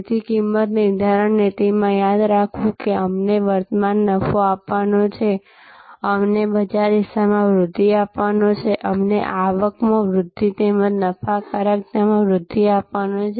તેથી કિંમત નિર્ધારણ નીતિમાં યાદ રાખવું કે તે અમને વર્તમાન નફો આપવાનો છે અમને બજાર હિસ્સામાં વૃદ્ધિ આપવાનો છે અમને આવકમાં વૃદ્ધિ તેમજ નફાકારકતામાં વૃદ્ધિ આપવાનો છે